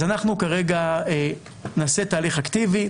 אז אנחנו כרגע נעשה תהליך אקטיבי.